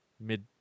mid